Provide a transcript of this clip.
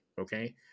okay